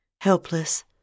helpless